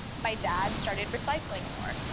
my dad started recycling more.